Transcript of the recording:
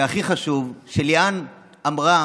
והכי חשוב, ליאן אמרה